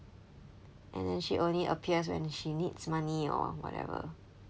and then she only appears when she needs money or whatever